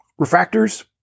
refractors